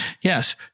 yes